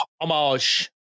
homage